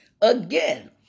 Again